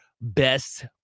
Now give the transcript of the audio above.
best